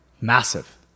Massive